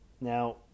Now